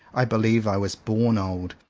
i believe i was born old.